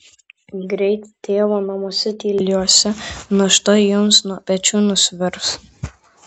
greit tėvo namuose tyliuose našta jums nuo pečių nusvirs